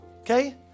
okay